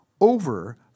over